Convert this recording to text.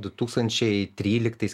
du tūkstančiai tryliktais